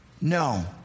No